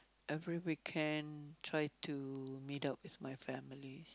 every weekend try to meet up with my family